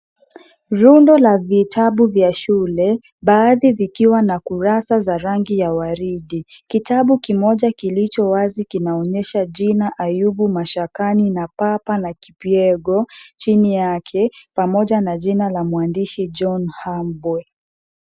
Rundo la vitabu vya shule, baadhi zikiwa na kurasa za rangi ya waridi. Kitabu kimoja kilicho wazi kinaonyesha jina Ayubu Mashakani na Papa na Kipyego chini yake, pamoja na jina la mwandishi John Hambwe.